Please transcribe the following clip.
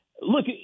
look